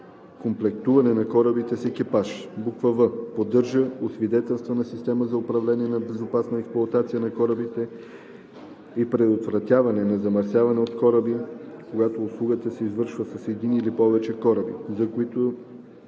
комплектуване на корабите с екипаж; в) поддържа освидетелствана система за управление на безопасната експлоатация на корабите и предотвратяване на замърсяване от кораби, когато услугата се извършва с един или повече кораби, за които